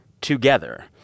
together